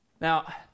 Now